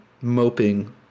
moping